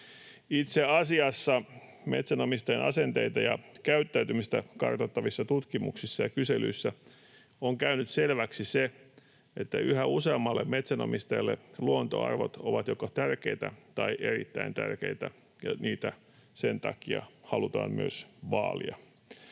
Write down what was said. Itse asiassa metsänomistajien asenteita ja käyttäytymistä kartoittavissa tutkimuksissa ja kyselyissä on käynyt selväksi se, että yhä useammalle metsänomistajalle luontoarvot ovat joko tärkeitä tai erittäin tärkeitä ja niitä sen takia halutaan myös vaalia.